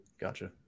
Gotcha